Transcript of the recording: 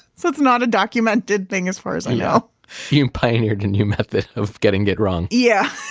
so it's not a documented thing, as far as i know you pioneered a new method of getting it wrong yeah.